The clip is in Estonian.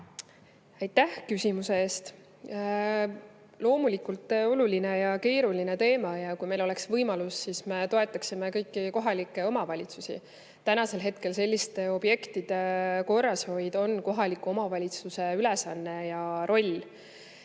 Aitäh küsimuse eest! Loomulikult [on see] oluline ja keeruline teema. Kui meil oleks võimalus, siis me toetaksime kõiki kohalikke omavalitsusi. Praegu on selliste objektide korrashoid kohaliku omavalitsuse ülesanne ja roll.